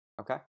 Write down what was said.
Okay